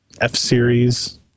F-Series